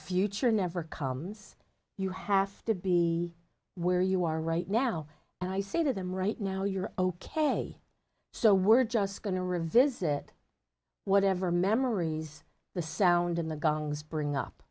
future never comes you have to be where you are right now and i say to them right now you're ok so we're just going to revisit whatever memories the sound in the gongs bring up